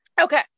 okay